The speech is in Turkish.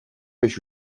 beş